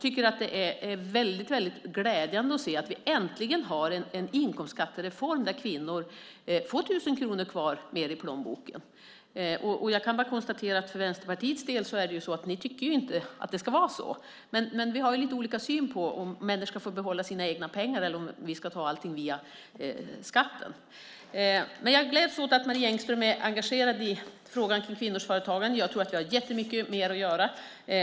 Det är väldigt glädjande att se att vi äntligen har en inkomstskattereform där kvinnor får 1 000 kronor mer kvar i plånboken. Jag kan bara konstatera för Vänsterpartiets del att ni inte tycker att det ska vara så. Vi har lite olika syn på om människor ska få behålla sina egna pengar eller om vi ska ta allt via skatten. Jag gläds åt att Marie Engström är engagerad i frågan om kvinnors företagande. Vi har jättemycket mer att göra.